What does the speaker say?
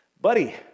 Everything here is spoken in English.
Buddy